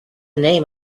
name